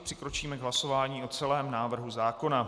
Přikročíme k hlasování o celém návrhu zákona.